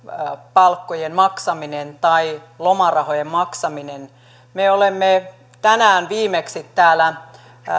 palkkojen maksaminen tai lomarahojen maksaminen me olemme tänään viimeksi täällä